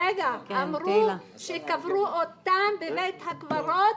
רגע, אמרו שקברו אותם בבית הקברות,